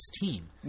team